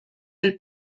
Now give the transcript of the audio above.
del